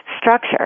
structure